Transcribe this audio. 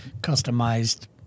customized